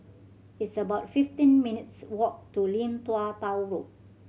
it's about fifteen minutes' walk to Lim Tua Tow Road